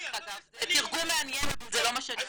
זה תרגום מעניין אבל זה לא מה שאמרתי.